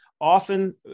often